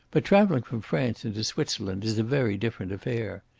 but travelling from france into switzerland is a very different affair.